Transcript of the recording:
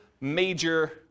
major